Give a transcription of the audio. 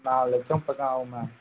நால் லட்சம் எப்படியாருந்தாலும் ஆவும் மேம்